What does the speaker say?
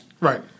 Right